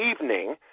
evening